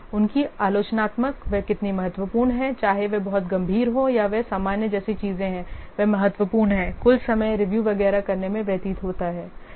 उनकी आलोचनात्मकता वे कितनी महत्वपूर्ण हैं चाहे वे बहुत गंभीर हों या वे सामान्य जैसी चीजें हैं वे महत्वपूर्ण हैं कुल समय रिव्यू वगैरह करने में व्यतीत होता है